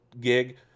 gig